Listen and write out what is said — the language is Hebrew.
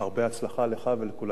והרבה הצלחה לך ולכולנו.